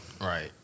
right